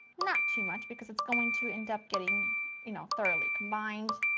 not too much because it's going to end up getting you know thoroughly combined.